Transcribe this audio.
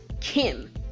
Kim